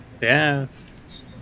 Yes